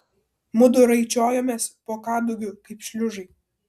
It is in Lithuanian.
mudu raičiojomės po kadugiu kaip šliužai